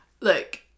Look